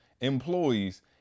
employees